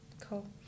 Cool